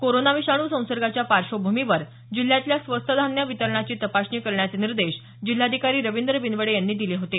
corona विषाणू संसर्गाच्या पार्श्वभूमीवर जिल्ह्यातल्या स्वस्त धान्य वितरणाची तपासणी करण्याचे निर्देश जिल्हाधिकारी खींद्र बिनवडे यांनी दिले होते